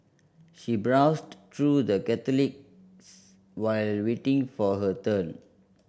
she browsed through the catalogues while waiting for her turn